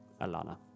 Alana